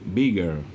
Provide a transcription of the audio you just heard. bigger